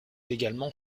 également